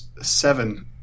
seven